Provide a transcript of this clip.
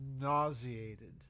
nauseated